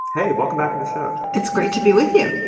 hey, welcome back to the show. it's great to be with you.